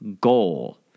goal